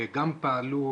שגם פעלו,